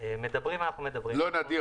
מדברים --- לא נדיר,